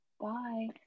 bye